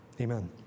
Amen